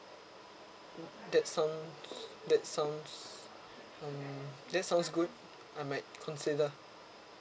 that sounds that sounds um that sounds good I might consider